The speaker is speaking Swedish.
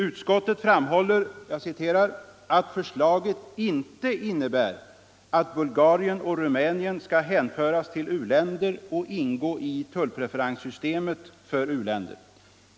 Utskottet framhåller ”att förslaget inte innebär att Bulgarien och Rumänien skall hänföras till u-länder och ingå i tullpreferenssystemet för u-länder.